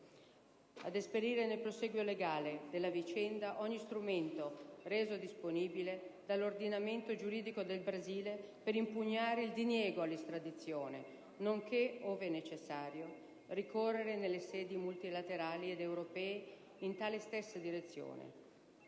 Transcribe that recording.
ad esperire, nel prosieguo legale della vicenda, ogni strumento reso disponibile dall'ordinamento giuridico del Brasile per impugnare il diniego all'estradizione, nonché, ove necessario, a ricorrere nelle sedi multilaterali ed europee in tale stessa direzione,